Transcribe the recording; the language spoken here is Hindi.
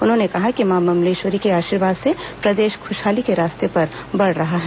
उन्होंने कहा कि मां बम्लेश्वरी के आर्शीवाद से प्रदेश खुशहाली के रास्ते पर बढ़ रहा है